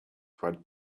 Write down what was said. ride